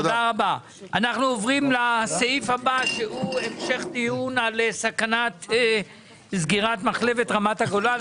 אנחנו עוברים להמשך הדיון על סכנת סגירת מחלבת רמת הגולן.